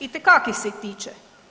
Itekak ih se tiče.